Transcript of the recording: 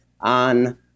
on